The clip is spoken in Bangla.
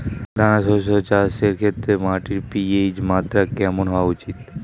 দানা শস্য চাষের ক্ষেত্রে মাটির পি.এইচ মাত্রা কেমন হওয়া উচিৎ?